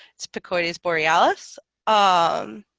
it's picoides borealis um